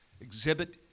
exhibit